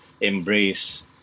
embrace